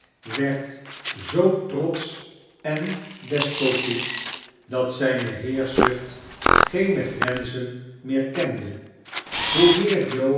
werd zoo trotsch en despotiek dat zijne heerschzucht geene grenzen meer kende hoe meer